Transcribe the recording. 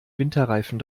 winterreifen